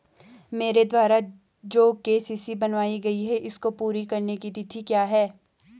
मेरे द्वारा जो के.सी.सी बनवायी गयी है इसको पूरी करने की तिथि क्या है?